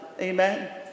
Amen